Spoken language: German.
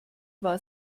war